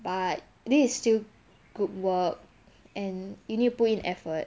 but this is still group work and you need to put in effort